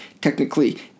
technically